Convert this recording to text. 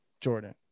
Jordan